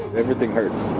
everything hurts.